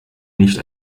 nicht